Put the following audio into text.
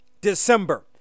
december